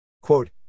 Quote